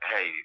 Hey